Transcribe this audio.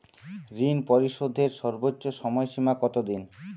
ঋণ পরিশোধের সর্বোচ্চ সময় সীমা কত দিন?